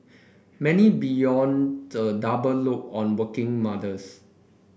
many bemoan the double load on working mothers